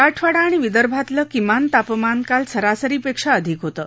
मराठवाडा आणि विदर्भातलं किमान तापमान काल सरासरीपेक्षा अधिक होतं